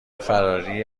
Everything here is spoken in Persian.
فراری